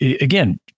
again